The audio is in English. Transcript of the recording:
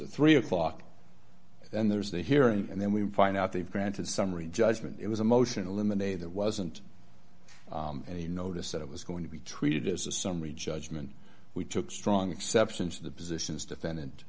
at three o'clock and there's a hearing and then we find out they've granted summary judgment it was a motion eliminate there wasn't any notice that it was going to be treated as a summary judgment we took strong exception to the positions defendant